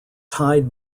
tied